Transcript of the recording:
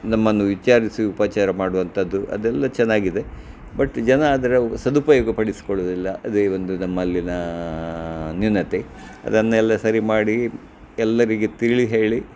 ನಮ್ಮನ್ನು ವಿಚಾರಿಸಿ ಉಪಚಾರ ಮಾಡುವಂಥದ್ದು ಅದೆಲ್ಲ ಚೆನ್ನಾಗಿದೆ ಬಟ್ ಜನ ಅದರ ಸದುಪಯೋಗ ಪಡಿಸ್ಕೊಳ್ಳೋದಿಲ್ಲ ಅದೇ ಒಂದು ನಮ್ಮಲ್ಲಿನ ನ್ಯೂನತೆ ಅದನ್ನೆಲ್ಲ ಸರಿ ಮಾಡಿ ಎಲ್ಲರಿಗೆ ತಿಳಿ ಹೇಳಿ